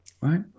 Right